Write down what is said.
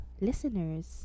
listeners